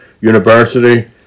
University